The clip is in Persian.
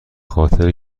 خاطر